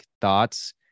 Thoughts